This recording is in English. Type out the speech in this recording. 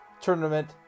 tournament